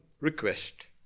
request